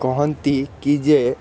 କହନ୍ତି କି ଯେ